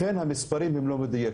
לכן המספרים הם לא מדויקים.